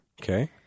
Okay